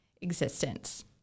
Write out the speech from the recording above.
existence